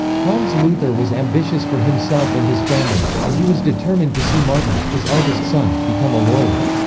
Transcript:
hans luther was ambitious for himself and his family, and he was determined to see martin, his eldest son, become a lawyer.